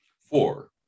Four